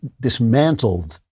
dismantled